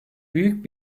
büyük